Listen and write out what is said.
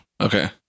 Okay